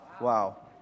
Wow